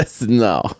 No